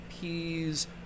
peas